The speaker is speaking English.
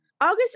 August